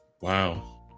Wow